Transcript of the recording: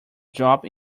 dropped